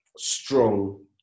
strong